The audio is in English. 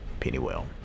Pennywell